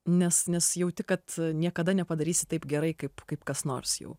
nes nes jauti kad a niekada nepadarysi taip gerai kaip kaip kas nors jau